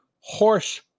horse